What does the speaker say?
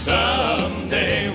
Someday